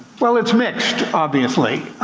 well it's mixed, obviously.